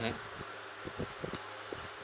mm